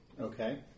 Okay